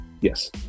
Yes